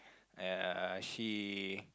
ya she